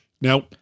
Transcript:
Now